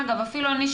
אגב אפילו אני,